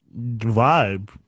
vibe